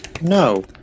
no